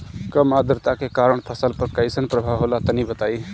कम आद्रता के कारण फसल पर कैसन प्रभाव होला तनी बताई?